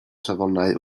safonau